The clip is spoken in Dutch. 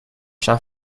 staan